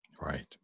right